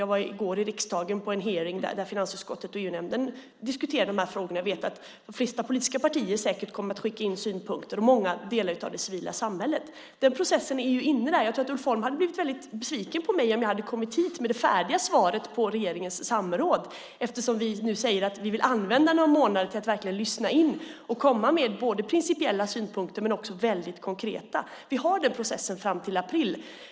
Jag var i går i riksdagen på en hearing där finansutskottet och EU-nämnden diskuterade de här frågorna. Jag vet också att de flesta politiska partier säkert kommer att skicka in synpunkter liksom många delar av det civila samhället. Processen pågår alltså. Jag tror att Ulf Holm hade blivit väldigt besviken på mig om jag hade kommit hit med det färdiga svaret på regeringens samråd eftersom vi nu säger att vi vill använda någon månad till att verkligen lyssna in oss när det gäller både principiella synpunkter och väldigt konkreta. Den här processen pågår fram till april.